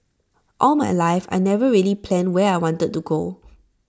all my life I never really planned where I wanted to go